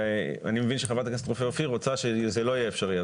אני מבין שחברת הכנסת רופא אופיר רוצה שהדבר הזה לא יהיה אפשרי.